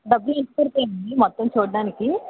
మొత్తం చూడటానికి